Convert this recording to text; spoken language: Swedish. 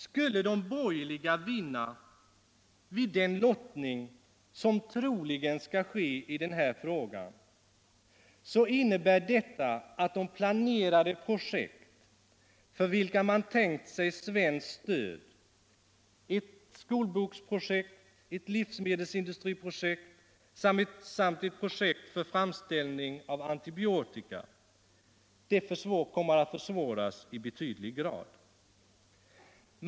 Skulle de borgerliga vinna vid den lottning, som troligen skall ske i den här frågan, innebär detta att de planerade projekt för vilka man tänkt sig svenskt stöd — ett skolboksprojekt, ett livsmedelsindustriprojekt och ett projekt för framställning av antibiotika - kommer att försvåras i betydlig grad.